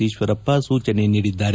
ಈಶ್ವರಪ್ಪ ಸೂಚಿಸಿದ್ದಾರೆ